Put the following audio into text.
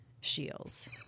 shields